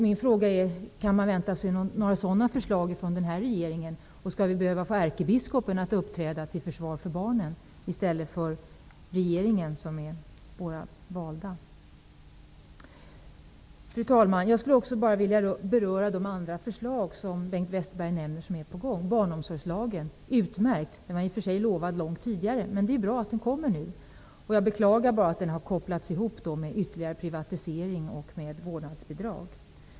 Mina frågor är: Kan man vänta sig några sådana förslag från den här regeringen? Skall vi behöva få ärkebiskopen att uppträda tilll försvar för barnen i stället för regeringen, som är vald av oss? Fru talman! Jag skulle också vilja beröra de andra förslag som Bengt Westerberg nämner är på gång. Barnomsorgslagen, utmärkt. Den var i och för sig lovad långt tidigare, men det är bra att den kommer nu. Jag beklagar att den har kopplats ihop med ytterligare privatisering och med vårdnadsbidrag.